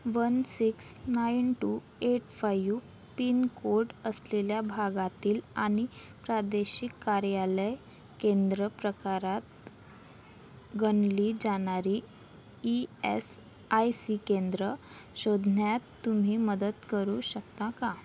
one six nine two eight five pincode असलेल्या भागातील आणि प्रादेशिक कार्यालय केंद्र प्रकारात गणली जानारी ई एस आय सी केंद्रं शोधण्यात तुम्ही मदत करू शकता का